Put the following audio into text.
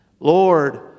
Lord